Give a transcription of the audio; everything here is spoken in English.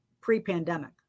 pre-pandemic